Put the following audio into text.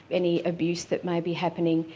any abuse that may be happening,